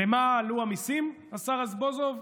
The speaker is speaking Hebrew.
למה עלו המיסים, השר רזבוזוב?